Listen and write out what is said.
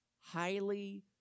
highly